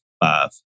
five